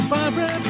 Barbara